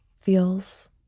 feels